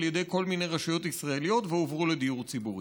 ידי כל מיני רשויות ישראליות והועברו לדיור ציבורי,